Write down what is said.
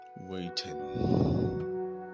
Waiting